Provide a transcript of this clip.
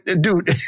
dude